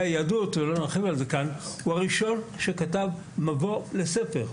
היהדות ולא נרחיב על זה כאן הוא הראשון שכתב מבוא לספר.